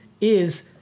is-